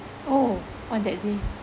oh on that day